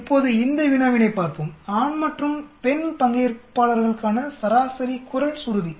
இப்போது இந்த வினாவினைப் பார்ப்போம் ஆண் மற்றும் பெண் பங்கேற்பாளர்களுக்கான சராசரி குரல் சுருதி